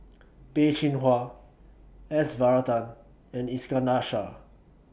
Peh Chin Hua S Varathan and Iskandar Shah